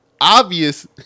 obvious